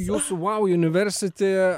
jūsų vau universiti